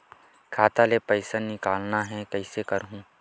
खाता ले पईसा निकालना हे, कइसे करहूं?